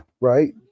right